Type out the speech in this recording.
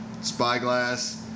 Spyglass